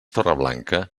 torreblanca